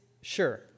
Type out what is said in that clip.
sure